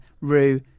Rue